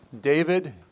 David